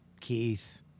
Keith